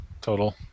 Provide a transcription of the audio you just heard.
total